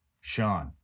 Sean